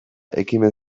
ekimen